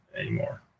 anymore